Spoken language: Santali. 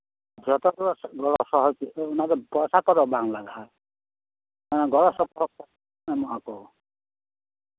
ᱡᱚᱛᱚ ᱜᱮ ᱜᱚᱲᱚ ᱚᱱᱟ ᱫᱚ ᱯᱚᱭᱥᱟ ᱠᱚᱫᱚ ᱵᱟᱝ ᱞᱟᱜᱟᱜᱼᱟ ᱚᱱᱟ ᱫᱚ ᱜᱚᱲᱚ ᱥᱚᱯᱚᱦᱚᱫ ᱠᱚ ᱮᱢᱚᱜ ᱟᱠᱚ